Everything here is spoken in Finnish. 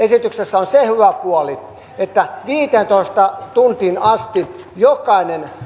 esityksessä on se hyvä puoli että viiteentoista tuntiin asti jokainen